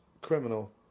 Criminal